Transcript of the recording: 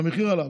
המחיר עלה.